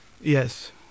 yes